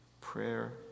Prayer